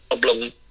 problem